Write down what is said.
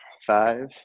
Five